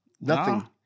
nothing-